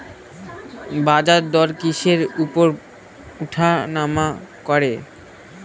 বাজারদর কিসের উপর উঠানামা করে?